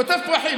קוטף פרחים,